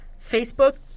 Facebook